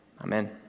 amen